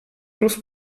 plus